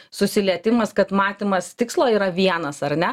susilietimas kad matymas tikslo yra vienas ar ne